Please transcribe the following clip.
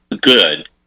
good